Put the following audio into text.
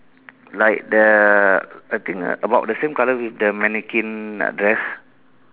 like the I think about the same colour with the mannequin dress